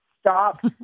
Stop